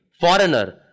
Foreigner